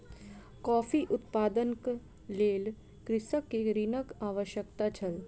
coffee उत्पादनक लेल कृषक के ऋणक आवश्यकता छल